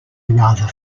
rather